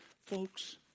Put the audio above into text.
Folks